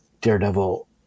Daredevil